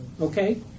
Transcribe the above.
Okay